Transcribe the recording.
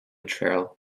trail